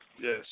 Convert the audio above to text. Yes